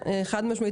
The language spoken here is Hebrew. חד משמעית.